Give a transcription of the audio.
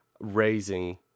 raising